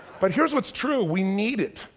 but here's what's true, we need it.